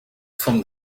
from